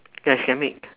ya she can make